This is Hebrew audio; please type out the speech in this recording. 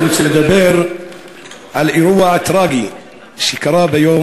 אני רוצה לדבר על אירוע טרגי שקרה ביום